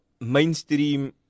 mainstream